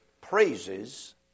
praises